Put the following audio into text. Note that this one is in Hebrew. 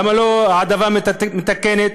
למה לא העדפה מתקנת?